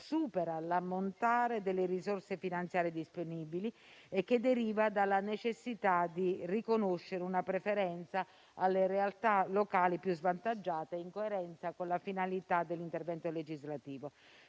supera l'ammontare delle risorse finanziarie disponibili e che deriva dalla necessità di riconoscere una preferenza alle realtà locali più svantaggiate, in coerenza con la finalità dell'intervento legislativo.